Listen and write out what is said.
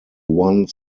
one